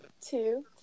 two